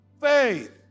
Faith